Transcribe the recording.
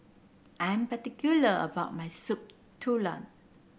I'm particular about my Soup Tulang